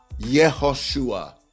Yehoshua